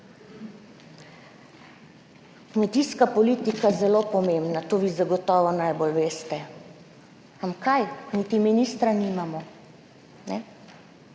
Kmetijska politika, zelo pomembna, to vi zagotovo najbolj veste. Ampak kaj? Niti ministra nimamo. Še